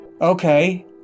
Okay